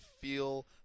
feel